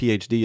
PhD